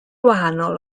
wahanol